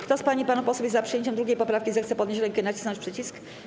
Kto z pań i panów posłów jest za przyjęciem 2. poprawki, zechce podnieść rękę i nacisnąć przycisk.